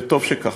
וטוב שכך.